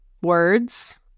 words